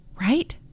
Right